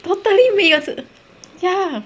totally 没有 ya